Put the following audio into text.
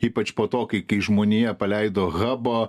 ypač po to kai kai žmonija paleido habą